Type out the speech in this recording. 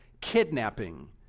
kidnapping